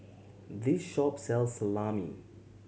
this shop sells Salami